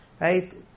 right